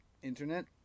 internet